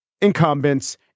incumbents